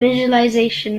visualization